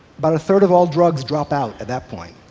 but a third of all drugs drop out at that point.